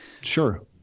Sure